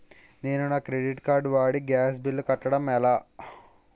నేను నా credit card వాడి గ్యాస్ బిల్లు కట్టడం ఎలా?